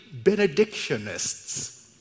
benedictionists